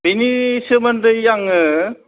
बिनि सोमोन्दै आङो